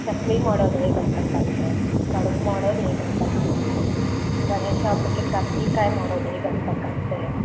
ಚಕ್ಕುಲಿ ಮಾಡೊದುಹೇಗಂತ ಕಲಿತೆ ಕಡ್ಬು ಮಾಡೊದುಹೇಗಂತ ಕಲಿತೆ ಗಣೇಶ ಹಬ್ಬಕ್ಕೆ ಕರ್ಜಿಕಾಯಿ ಮಾಡೊದುಹೇಗಂತ ಕಲಿತೆ